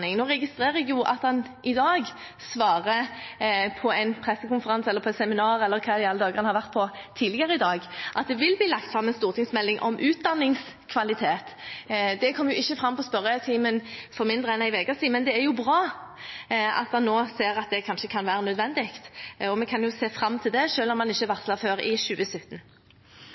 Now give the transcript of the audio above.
registrerer jeg at han i dag svarer på en pressekonferanse, på et seminar eller hva i alle dager han har vært på tidligere i dag, at det vil bli lagt fram en stortingsmelding om utdanningskvalitet. Det kom ikke fram i spørretimen for mindre enn en uke siden, men det er bra at han nå ser at det kanskje kan være nødvendig. Og vi kan se fram til det, selv om den ikke